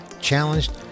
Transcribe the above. challenged